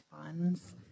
funds